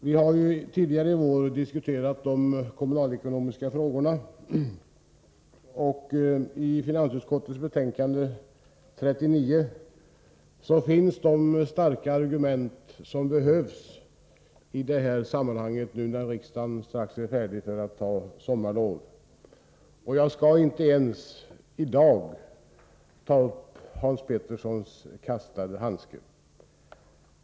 Vi har tidigare i vår diskuterat de kommunalekonomiska frågorna, och i finansutskottets betänkande 39 finns de starka argument som behövs i detta sammanhang nu när riksdagen strax skall ta sommarlov. Jag skall i dag inte ens ta upp Hans Peterssons i Hallstahammar kastade handske.